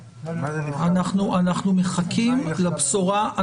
2021). אנחנו ניגשים להצבעה עם התיקון של התאריך וכל ההערות שנאמרו.